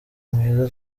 mwiza